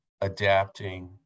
adapting